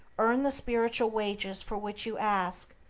earned the spiritual wages for which you ask,